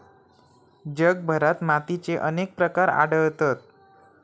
जगभरात मातीचे अनेक प्रकार आढळतत